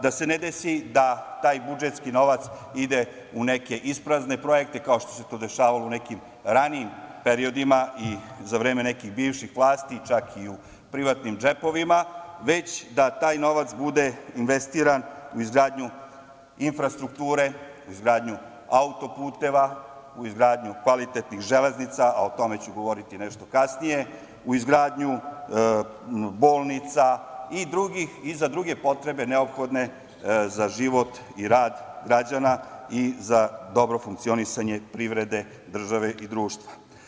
Da se ne desi da taj budžetski novac ide u neke isprazne projekte, kao što se to dešavalo u nekim ranijim i za vreme nekih bivših vlasti, čak i u privatnim džepovima, već da taj novac bude investiran u izgradnju infrastrukture, u izgradnju autoputeva, u izgradnju kvalitetnih železnica, a o tome ću govoriti nešto kasnije, u izgradnju bolnica i za druge potrebe neophodne za život i rad građana i za dobro funkcionisanje privrede, države i društva.